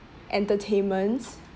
entertainments